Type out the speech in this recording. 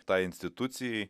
tai institucijai